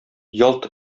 ялт